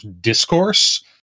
discourse